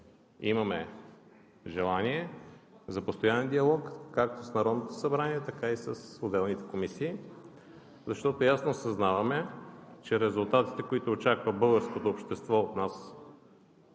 имаме желание за постоянен диалог както с Народното събрание, така и с отделните комисии, защото ясно осъзнаваме, че резултатите, които очаква българското общество от нас